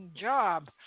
job